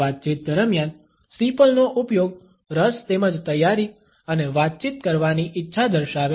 વાતચીત દરમિયાન સ્ટીપલનો ઉપયોગ રસ તેમજ તૈયારી અને વાતચીત કરવાની ઇચ્છા દર્શાવે છે